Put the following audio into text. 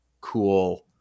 cool